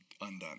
undone